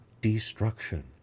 destruction